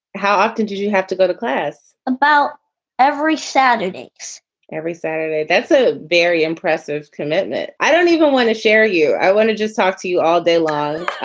how often did you have to go to class? about every saturday every saturday. that's a very impressive commitment. i don't even want to share you. i want to just talk to you all day long.